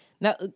Now